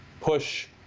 push